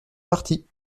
partis